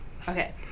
Okay